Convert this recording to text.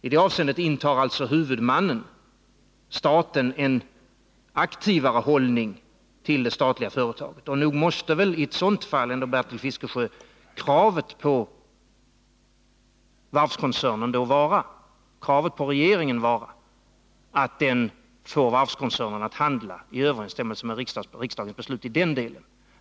I det avseendet intar alltså huvudmannen, staten, en aktivare hållning till det statliga företaget. Nog måste väl i ett sådant fall, Bertil Fiskesjö, kravet på regeringen vara att den får varvskoncernen att handla i överensstämmelse med riksdagens beslut i den delen.